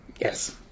Yes